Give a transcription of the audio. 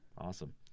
Awesome